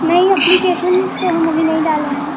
नहीं अप्लीकेशन तो हम अभी नहीं डाले हैं